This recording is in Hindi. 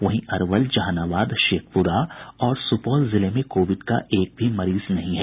वहीं अरवल जनाहाबाद शेखुपरा और सुपौल जिले में कोविड का एक भी मरीज नहीं है